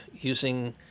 using